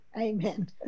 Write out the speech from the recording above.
amen